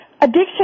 addiction